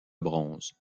bronze